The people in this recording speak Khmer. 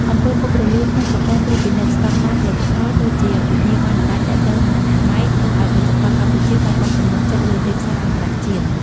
អំពើពុករលួយ ក្នុងប្រព័ន្ធត្រួតពិនិត្យស្ដង់ដារផលិតផល (ដូចជាវិញ្ញាបនបត្រទាក់ទងនឹងអនាម័យ) ធ្វើឱ្យផលិតផលកម្ពុជាបាត់បង់ទំនុកចិត្តលើទីផ្សារអន្តរជាតិ។